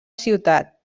ciutat